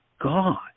God